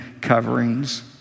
coverings